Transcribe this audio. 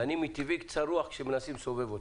ואני מטבעי קצר רוח כשמנסים לסובב אותי.